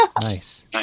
Nice